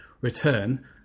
return